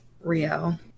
Rio